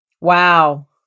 Wow